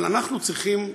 אבל אנחנו צריכים תמיד,